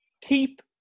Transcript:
keep